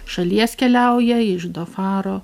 šalies keliauja iš dofaro